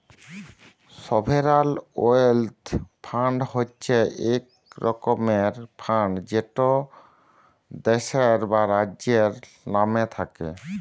sovereign wealth fund হছে ইক রকমের ফাল্ড যেট দ্যাশের বা রাজ্যের লামে থ্যাকে